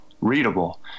readable